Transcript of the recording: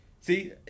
See